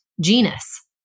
genus